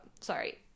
sorry